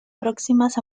próximas